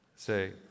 Say